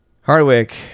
Hardwick